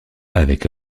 avec